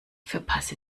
verpasse